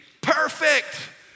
perfect